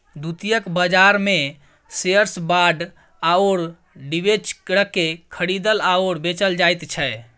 द्वितीयक बाजारमे shares bond आओर डिबेंचरकेँ खरीदल आओर बेचल जाइत छै